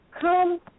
come